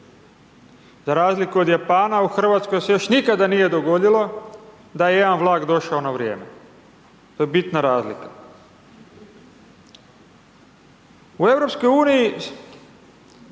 Za razliku od Japana, u RH se još nikad nije dogodilo da je jedan vlak došao na vrijeme, to je bitna razlika. U EU,